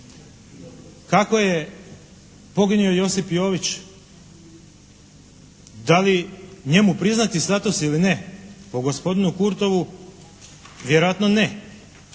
Kako je poginuo Josip Jović? Da li njemu priznati status ili ne? Po gospodinu Kurtovu vjerojatno ne.